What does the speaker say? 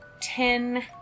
ten